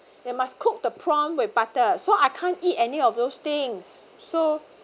they must cook the prawn with butter so I can't eat any of those things so